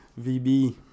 VB